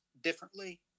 differently